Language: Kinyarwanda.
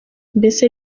mbese